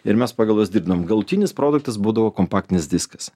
ir mes pagal juos dirbdavom galutinis produktas būdavo kompaktinis diskas